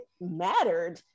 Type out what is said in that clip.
mattered